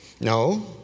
No